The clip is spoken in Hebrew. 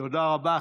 תודה רבה.